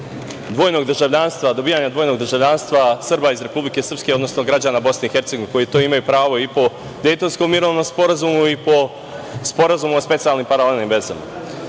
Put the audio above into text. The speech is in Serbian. ubrzanu proceduru dobijanja dvojnog državljanstva Srba iz Republike Srpske, odnosno građana Bosne i Hercegovine, koji na to imaju pravo i po Dejtonskom mirovnom sporazumu i po Sporazumu o specijalnim paralelnim vezama. Evo